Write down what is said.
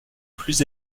plus